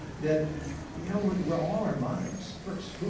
that you know, we're all our minds first. who